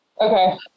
Okay